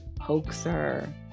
hoaxer